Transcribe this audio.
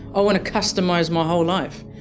i want to customise my whole life,